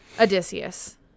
Odysseus